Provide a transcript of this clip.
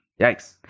Yikes